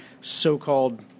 so-called